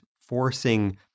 forcing